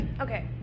okay